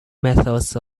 methods